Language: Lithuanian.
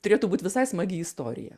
turėtų būt visai smagi istorija